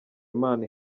imana